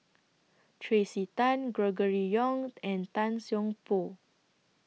Tracey Tan Gregory Yong and Tan Seng Poh